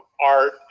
art